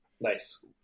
Nice